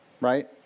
right